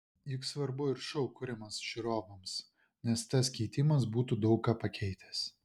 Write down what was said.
juk svarbu ir šou kuriamas žiūrovams nes tas keitimas būtų daug ką pakeitęs